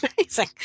amazing